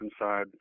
inside